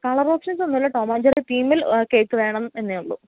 കളറോപ്ഷൻസൊന്നുമില്ല Tom and Jerry തീമിൽ cake വേണം എന്നേ ഉള്ളു